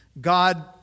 God